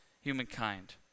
humankind